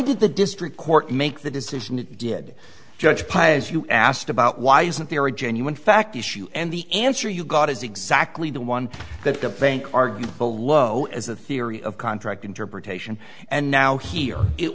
did the district court make the decision it did judge paez you asked about why isn't there a genuine fact issue and the answer you got is exactly the one that a bank argued the low as a theory of contract interpretation and now here it